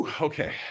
Okay